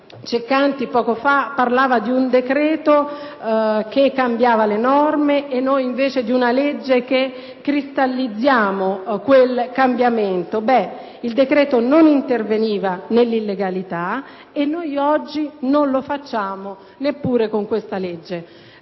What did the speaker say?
Ceccanti, poco fa, parlava di un decreto che cambiava le norme; noi, invece, di una legge che cristallizza quel cambiamento. Il decreto non interveniva sull'illegalità e non lo fa neppure questa legge.